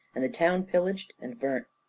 and the town pillaged and burnt.